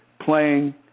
playing